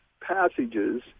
passages